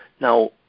Now